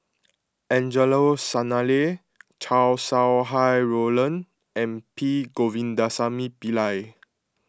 Angelo Sanelli Chow Sau Hai Roland and P Govindasamy Pillai